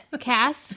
Cass